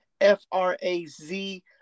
F-R-A-Z